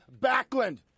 Backlund